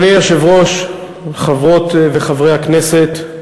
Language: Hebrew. אדוני היושב-ראש, חברות וחברי הכנסת,